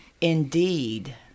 indeed